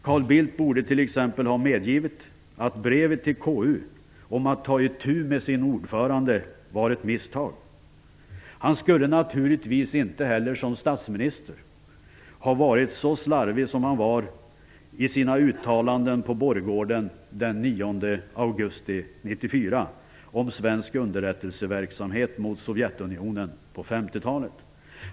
Carl Bildt borde t.ex. ha medgivit att brevet till KU om att ta itu med sin ordförande var ett misstag. Han skulle naturligtvis inte heller som statsminister ha varit så slarvig som han var i sina uttalanden på borggården den 9 augusti 1994 om svensk underrättelseverksamhet mot Sovjetunionen på 1950-talet.